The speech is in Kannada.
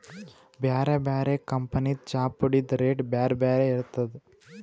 ಬ್ಯಾರೆ ಬ್ಯಾರೆ ಕಂಪನಿದ್ ಚಾಪುಡಿದ್ ರೇಟ್ ಬ್ಯಾರೆ ಬ್ಯಾರೆ ಇರ್ತದ್